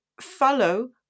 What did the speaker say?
follow